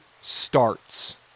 starts